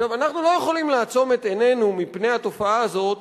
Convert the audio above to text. אנחנו לא יכולים לעצום את עינינו מפני התופעה הזאת,